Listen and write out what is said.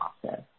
Process